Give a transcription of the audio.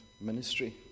ministry